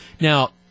Now